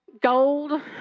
gold